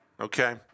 okay